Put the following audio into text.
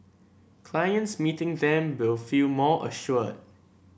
clients meeting them will feel more assured